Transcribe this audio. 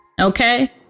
okay